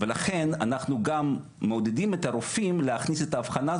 נוכל להביא את זה בתוך --- תוך כמה זמן?